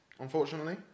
Unfortunately